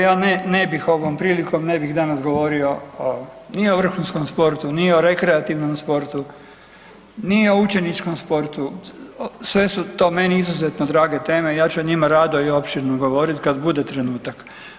Ja ne bih ovom prilikom ne bih danas govorio ni o vrhunskom sportu, ni o rekreativnom sportu, ni o učeničkom sportu, sve su to meni izuzetno drage teme, ja ću o njima rado i opširno govoriti kada bude trenutak.